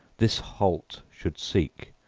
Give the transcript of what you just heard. this holt should seek,